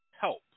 Help